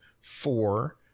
four